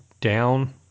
down